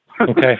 Okay